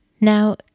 Now